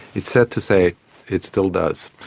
it's sad to say it still does.